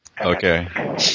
Okay